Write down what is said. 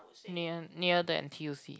near near the N_T_U_C